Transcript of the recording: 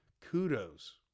kudos